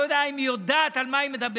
לא יודע אם היא יודעת על מה היא מדברת,